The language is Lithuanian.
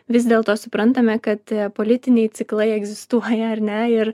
vis dėlto suprantame kad politiniai ciklai egzistuoja ar ne ir